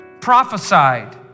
prophesied